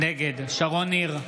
נגד שרון ניר,